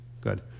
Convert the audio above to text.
Good